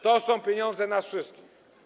To są pieniądze nas wszystkich.